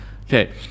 Okay